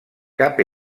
cap